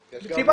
זה לא רישיון.